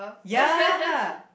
ya